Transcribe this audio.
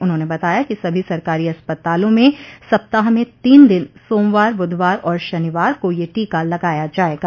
उन्होंने बताया कि सभी सरकारी अस्पतालों में सप्ताह में तीन दिन सोमवार बुधवार आर शनिवार को यह टीका लगाया जायेगा